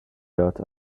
dot